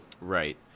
Right